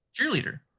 Cheerleader